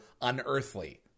unearthly